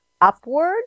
upward